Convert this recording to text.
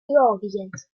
georgiens